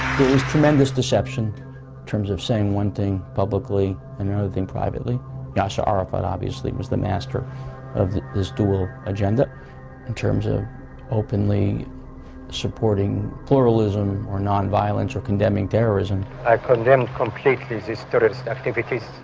tremendous deception in terms of saying one thing publicly another thing privately jasha arafat obviously was the master of the this dual agenda in terms of openly supporting pluralism or non-violence or condemning terrorism i condemn completely sisters activities,